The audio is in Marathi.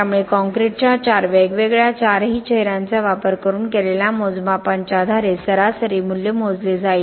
त्यामुळे कंक्रीटच्या चार वेगवेगळ्या चारही चेहऱ्यांचा वापर करून केलेल्या मोजमापांच्या आधारे सरासरी मूल्य मोजले जाईल